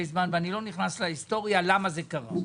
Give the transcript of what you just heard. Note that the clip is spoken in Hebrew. זמן ואני לא נכנס להיסטוריה למה זה קרה.